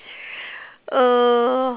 uh